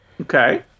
Okay